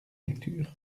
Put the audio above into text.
lecture